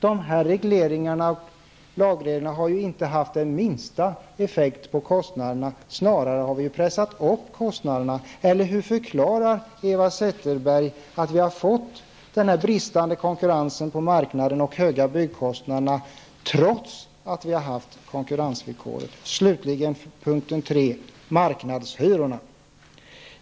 Dessa lagregleringar har inte haft den minsta effekt på kostnaderna, snarare har kostnaderna pressats upp. Eller hur förklarar Eva Zetterberg den bristande konkurrens som råder på marknaden och de höga byggkostnaderna trots att vi haft konkurrensvillkoret? För det tredje, slutligen: marknadshyrorna.